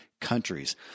Countries